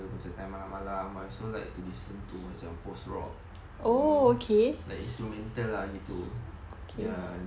macam time malam-malam I also like to listen to macam post rock you know like instrumental lah gitu ya